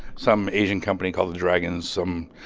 some asian company called the dragon some